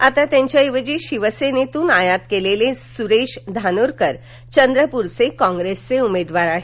आता त्यांच्या ऐवजी शिवसेनेतून आयात केलेले सुरेश धानोरकर चंद्रपूरचे कॉप्रेस उमेदवार आहेत